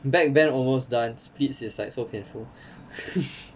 backbend almost done splits is like so painful